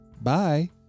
Bye